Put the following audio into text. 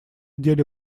деле